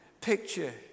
picture